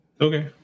Okay